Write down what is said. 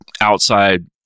outside